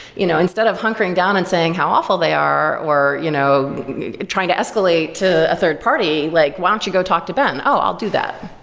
you know instead of hunkering down and saying how awful they are or you know trying to escalate to a third party, like why don't you go talk to ben? oh, i'll do that.